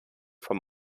vom